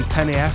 Penny